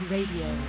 Radio